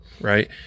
right